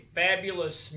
fabulous